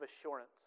assurance